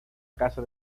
casa